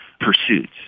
pursuits